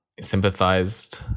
sympathized